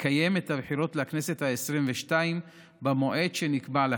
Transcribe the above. לקיים את הבחירות לכנסת העשרים-ושתיים במועד שנקבע להן.